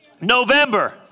November